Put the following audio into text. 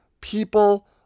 people